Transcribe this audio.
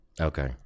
Okay